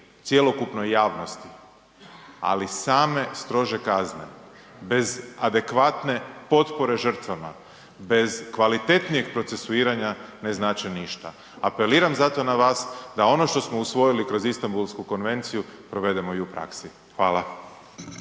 cjelokupnoj javnosti ali same strože kazne bez adekvatne potpore žrtvama, bez kvalitetnijeg procesuiranja ne znače ništa. Apeliram zato na vas da ono što smo usvojili kroz Istanbulsku konvenciju provedemo i u praksi. Hvala.